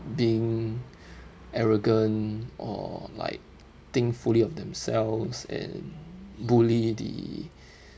being arrogant or like think fully of themselves and bully the